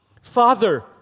Father